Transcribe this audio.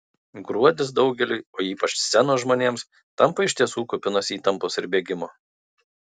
gruodis daugeliui o ypač scenos žmonėms tampa iš tiesų kupinas įtampos ir bėgimo